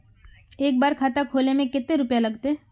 एक बार खाता खोले में कते रुपया लगते?